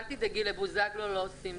אל תדאגי, לבוזגלו לא עושים את זה.